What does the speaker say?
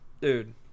dude